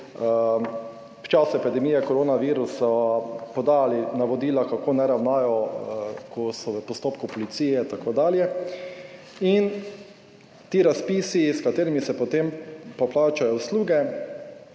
v času epidemije koronavirusa podali navodila kako naj ravnajo, ko so v postopku policije itd. In ti razpisi, s katerimi se potem poplačajo usluge